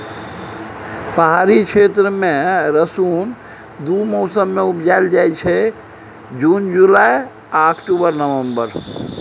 पहाड़ी क्षेत्र मे रसुन दु मौसम मे उपजाएल जाइ छै जुन जुलाई आ अक्टूबर नवंबर